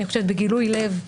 אני חושבת בגילוי לב,